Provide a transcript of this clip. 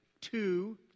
Two